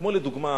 כמו לדוגמה,